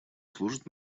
служит